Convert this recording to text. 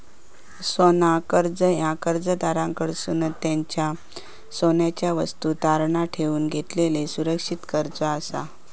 सोना कर्जा ह्या कर्जदाराकडसून त्यांच्यो सोन्याच्यो वस्तू तारण ठेवून घेतलेलो सुरक्षित कर्जा असा